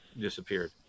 disappeared